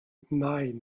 nein